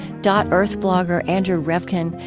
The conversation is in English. dot earth blogger andrew revkin,